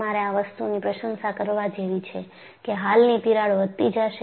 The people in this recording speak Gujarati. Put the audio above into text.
તમારે આ વસ્તુ ની પ્રશંસા કરવા જેવી છે કે હાલની તિરાડ વધતી જાશે